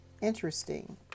interesting